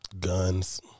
Guns